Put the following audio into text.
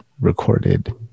recorded